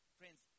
friends